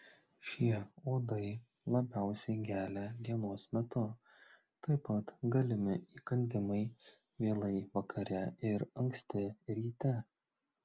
šie uodai labiausiai gelia dienos metu taip pat galimi įkandimai vėlai vakare ir anksti ryte